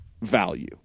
value